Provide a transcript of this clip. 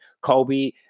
Kobe